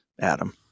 Adam